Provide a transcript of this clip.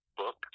book